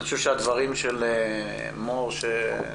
אני חושב שהדברים של מור נהרי